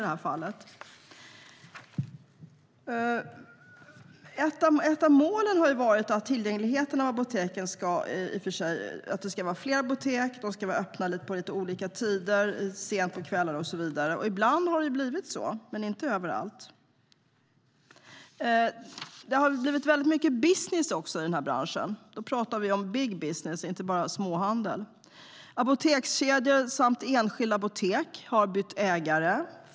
Ett av målen har i och för sig varit att förbättra tillgängligheten till apotek; det ska vara fler apotek och de ska vara öppna på lite olika tider, även sent på kvällar och så vidare. Ibland har det blivit så, men inte överallt. Det har också blivit väldigt mycket business i den här branschen. Då pratar vi om big business, inte bara småhandel. Apotekskedjor samt enskilda apotek har bytt ägare.